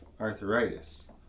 arthritis